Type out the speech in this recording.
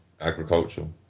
agricultural